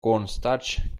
cornstarch